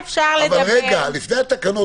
לפני התקנות,